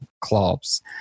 clubs